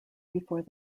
before